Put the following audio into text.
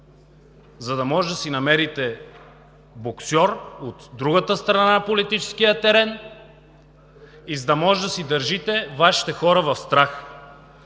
за да може да си намерите боксьор от другата страна на политическия терен и да си държите хората си в страх.